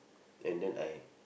and then I